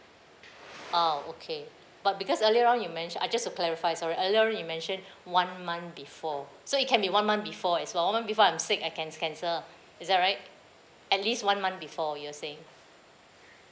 oh okay but because earlier on you mention I just to clarify sorry earlier you mentioned one month before so it can be one month before as well one month before I'm sick I can cancel is that right at least one month before you're saying